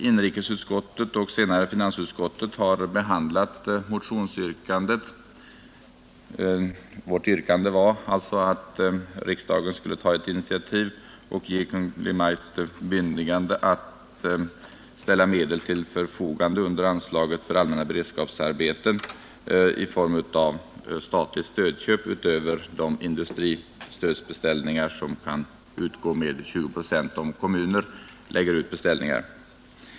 Inrikesutskottet och senare finansutskottet har behandlat vårt motionsyrkande — att riksdagen skulle ta initiativ och ge Kungl. Maj:t bemyndigande att ställa medel till förfogande under anslaget för allmänna beredskapsarbeten i form av statligt stödköp utöver de industristödsbeställningar som kan utgå med 20 procent till kommuner som lägger ut beställningar.